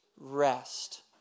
rest